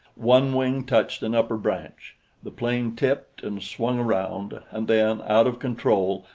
one wing touched an upper branch the plane tipped and swung around, and then, out of control,